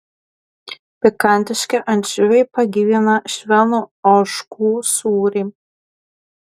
pikantiški ančiuviai pagyvina švelnų ožkų sūrį